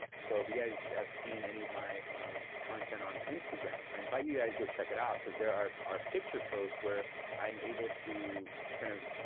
so if you guys have seen any of my content on instagram, i invite you guys go check it out because there are our picture posts where i'm able to, kind of,